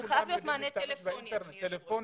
זה חייב להיות מענה טלפוני אדוני יושב הראש.